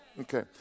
Okay